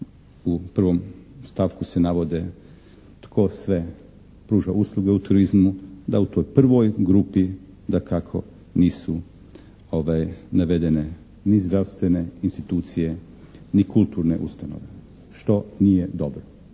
u prvom stavku se navode tko sve pruža usluge u turizmu, da u toj prvoj grupi dakako nisu ove navedene ni zdravstvene institucije ni kulturne ustanove što nije dobro.